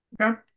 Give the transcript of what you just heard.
Okay